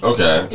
Okay